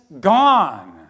gone